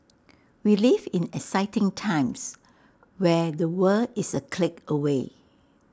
we live in exciting times where the world is A click away